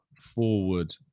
forward